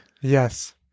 Yes